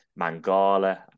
Mangala